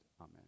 amen